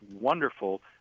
wonderful